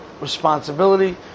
responsibility